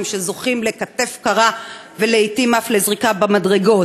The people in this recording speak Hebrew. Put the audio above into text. שזוכים לכתף קרה ולעתים אף לזריקה במדרגות.